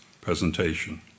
presentation